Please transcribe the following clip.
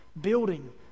building